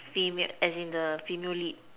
as in the female lead